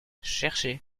cherchez